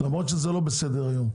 למרות שזה לא בסדר היום.